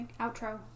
outro